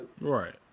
right